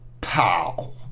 Pow